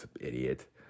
idiot